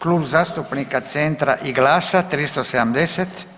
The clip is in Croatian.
Klub zastupnika Centra i Glasa, 370.